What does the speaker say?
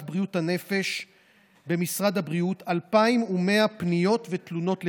בריאות הנפש במשרד הבריאות 2,100 פניות ותלונות לטיפול.